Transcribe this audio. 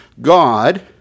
God